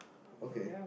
okay